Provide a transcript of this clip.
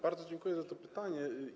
Bardzo dziękuję za to pytanie.